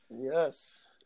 yes